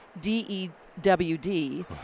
D-E-W-D